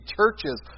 churches